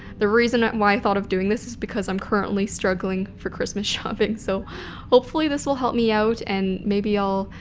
the reason why i thought of doing this is because i'm currently struggling for christmas shopping. so hopefully this will help me out and maybe i'll,